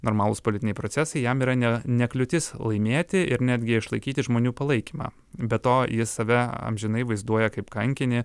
normalūs politiniai procesai jam yra ne ne kliūtis laimėti ir netgi išlaikyti žmonių palaikymą be to jis save amžinai vaizduoja kaip kankinį